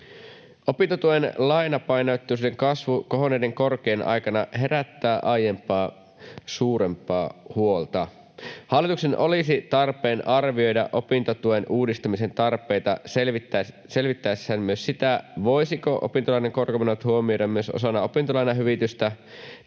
Opintotuen lainapainotteisuuden kasvu kohonneiden korkojen aikana herättää aiempaa suurempaa huolta. Hallituksen olisi tarpeen arvioida opintotuen uudistamisen tarpeita selvittäessään myös sitä, voisiko opintolainan korkomenot huomioida myös osana opintolainahyvitystä